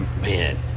man